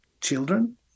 children